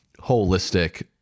holistic